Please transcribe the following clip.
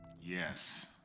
Yes